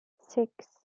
six